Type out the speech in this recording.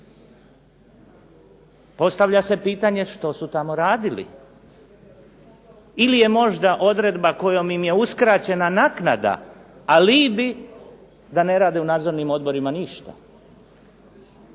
Postavlja se pitanje što su tamo radili? Ili je možda odredba kojom im je uskraćena naknada, alibi da ne rade u nadzornim odborima ništa.